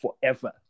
forever